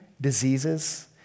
diseases